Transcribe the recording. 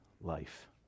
life